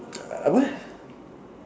err what